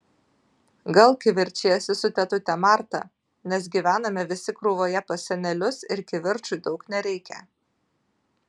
gal kivirčijasi su tetute marta nes gyvename visi krūvoje pas senelius ir kivirčui daug nereikia